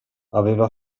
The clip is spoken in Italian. aveva